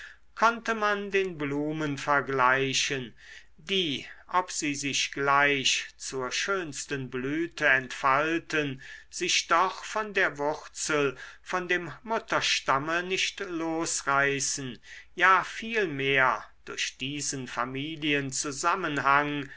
konnte man den blumen vergleichen die ob sie sich gleich zur schönsten blüte entfalten sich doch von der wurzel von dem mutterstamme nicht losreißen ja vielmehr durch diesen familienzusammenhang